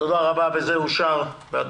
הצבעה בעד, 4 אושר פה אחד.